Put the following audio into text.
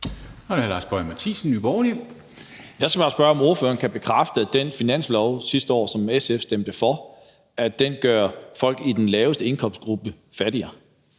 Jeg skal bare spørge, om ordføreren kan bekræfte, at finansloven sidste år, som SF stemte for, gør folk i den laveste indkomstgruppe fattigere.